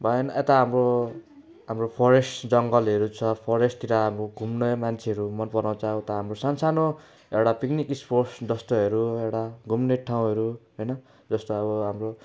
भएन यता अब अब फरेस्ट जङ्गलहरू छ फरेस्टतिर अब घुम्न मान्छेहरू मनपराउँछ उता हाम्रो सानसानो एउटा पिक्निक स्पोट्स जस्तोहरू एउटा घुम्ने ठाउँहरू होइन जस्तो अब हाम्रो